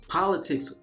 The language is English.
politics